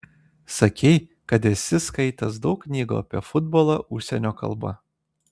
sakei kad esi skaitęs daug knygų apie futbolą užsienio kalba